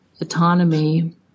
autonomy